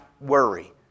worry